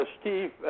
Steve